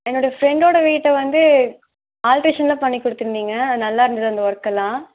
என்னோட ஃப்ரெண்ட்டோட வீட்டை வந்து ஆல்ட்ரேஷன் எல்லாம் பண்ணி கொடுத்துருந்தீங்க நல்லாருந்துது அந்த ஒர்கெல்லாம்